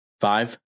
Five